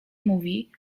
mówi